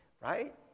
right